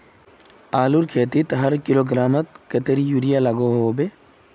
आलूर खेतीत हर किलोग्राम कतेरी यूरिया लागोहो होबे?